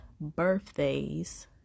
birthdays